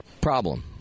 problem